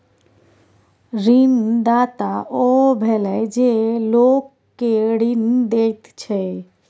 ऋणदाता ओ भेलय जे लोक केँ ऋण दैत छै